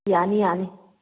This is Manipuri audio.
ꯌꯥꯅꯤ ꯌꯥꯅꯤ